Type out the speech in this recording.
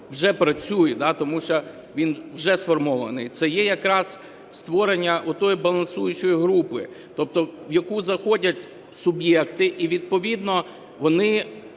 вже працює, тому що він вже сформований, – це є якраз створення отої балансуючої групи, тобто в яку заходять суб'єкти, і відповідно вони